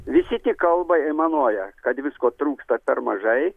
visi tik kalba aimanuoja kad visko trūksta per mažai